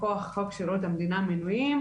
מכוח חוק שירות המדינה מינויים.